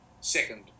Second